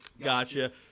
Gotcha